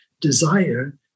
desire